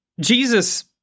Jesus